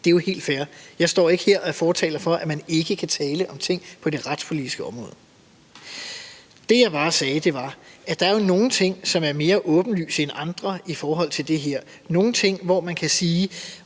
Det er jo helt fair. Jeg står ikke her og er fortaler for, at man ikke kan tale om ting på det retspolitiske område. Det, jeg bare sagde, var, at der er nogle ting, som er mere åbenlyse end andre i forhold til det her, nogle ting, hvor man kan sige: